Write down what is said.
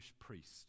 priest